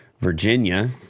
Virginia